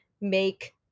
make